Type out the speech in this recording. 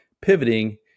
pivoting